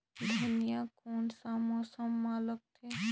धनिया कोन सा मौसम मां लगथे?